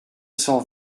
cent